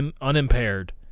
unimpaired